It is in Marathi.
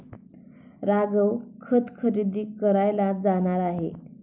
राघव खत खरेदी करायला जाणार आहे